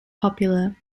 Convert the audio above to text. popular